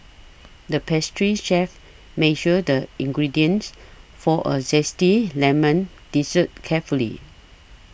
the pastry chef measured the ingredients for a Zesty Lemon Dessert carefully